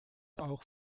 auch